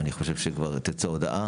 יהיו גם הצבעות.